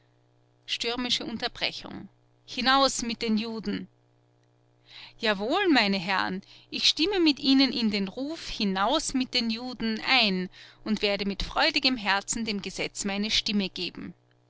stürmische unterbrechung hinaus mit den juden jawohl meine herren ich stimme mit ihnen in den ruf hinaus mit den juden ein und werde mit freudigem herzen dem gesetz meine stimme geben